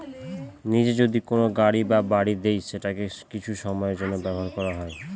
নিজে যদি কোনো গাড়ি বা বাড়ি দেয় সেটাকে কিছু সময়ের জন্য ব্যবহার করা হয়